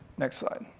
next slide.